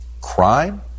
crime